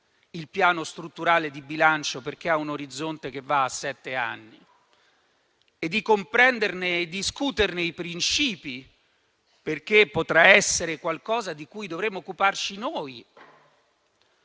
il Piano strutturale di bilancio, perché ha un orizzonte che va a sette anni, e di comprenderne e discuterne i principi, perché potrà essere qualcosa di cui dovremo occuparci noi?